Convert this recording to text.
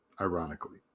ironically